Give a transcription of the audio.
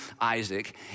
Isaac